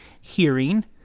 hearing